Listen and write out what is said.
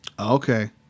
Okay